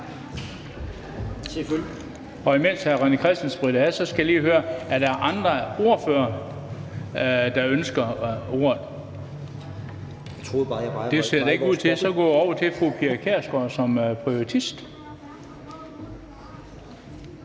og imens hr. René Christensen spritter af, skal jeg lige høre, om der er andre ordførere, der ønsker ordet. Det ser det ikke ud til, og vi går så over til fru Pia Kjærsgaard som privatist.